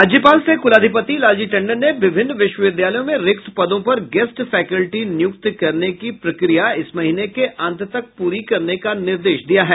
राज्यपाल सह कुलाधिपति लालजी टंडन ने विभिन्न विश्वविद्यालयों में रिक्त पदों पर गेस्ट फैकल्टी नियुक्त करने की प्रक्रिया इस महीने के अंत तक पूरी करने का निर्देश दिया है